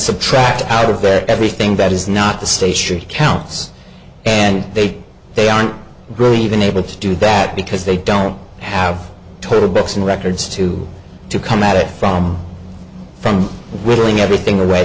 subtract out of that everything that is not the state should counts and they they aren't really even able to do that because they don't have total books and records to to come at it from from revealing everything